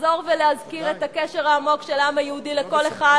לחזור ולהזכיר את הקשר העמוק של העם היהודי לכל אחד